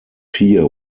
pier